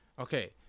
Okay